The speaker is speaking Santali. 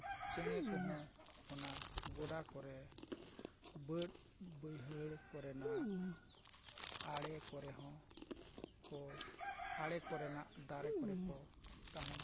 ᱪᱮᱬᱮ ᱠᱚᱦᱚᱸ ᱚᱱᱟ ᱜᱚᱰᱟ ᱠᱚᱨᱮ ᱵᱟᱹᱫᱽ ᱵᱟᱹᱭᱦᱟᱹᱲ ᱠᱚᱨᱮᱱᱟᱜ ᱟᱲᱮ ᱠᱚᱨᱮ ᱦᱚᱸ ᱠᱚ ᱟᱲᱮ ᱠᱚᱨᱮᱱᱟᱜ ᱫᱟᱨᱮ ᱠᱚᱨᱮ ᱠᱚ ᱛᱟᱦᱮᱱ